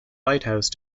lighthouse